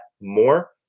more